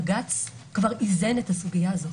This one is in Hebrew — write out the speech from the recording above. בג"ץ כבר איזן את הסוגיה הזאת.